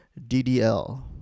DDL